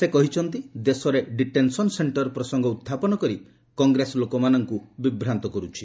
ସେ କହିଛନ୍ତି ଦେଶରେ ଡିଟେନସନ୍ ସେକ୍ଷର ପ୍ରସଙ୍ଗ ଉହ୍ଚାପନ କରି କଂଗ୍ରେସ ଲୋକମାନଙ୍କୁ ବିଭ୍ରାନ୍ତ କରୁଛି